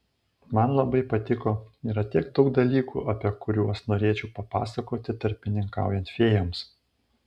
man labai patiko yra tiek daug dalykų apie kuriuos norėčiau papasakoti tarpininkaujant fėjoms